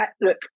Look